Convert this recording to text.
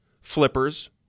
flippers